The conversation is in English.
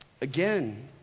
Again